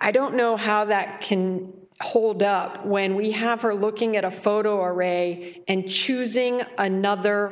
i don't know how that can hold up when we have her looking at a photo array and choosing another